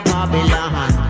Babylon